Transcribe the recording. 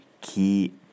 key